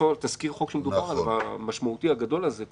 תזכיר החוק שמדובר עליו, המשמעותי הגדול הזה,